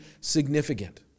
significant